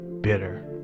Bitter